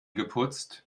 geputzt